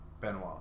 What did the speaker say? Benoit